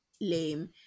lame